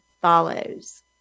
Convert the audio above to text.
follows